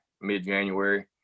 mid-january